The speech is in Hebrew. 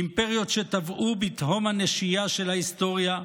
אימפריות שטבעו בתהום הנשייה של ההיסטוריה,